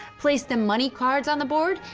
place the money cards on the board,